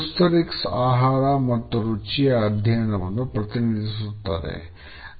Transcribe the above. ಗುಸ್ಟಾರಿಕ್ಸ್ ಆಹಾರ ಮತ್ತು ರುಚಿಯ ಅಧ್ಯಯನವನ್ನು ಪ್ರತಿನಿಧಿಸುತ್ತದೆ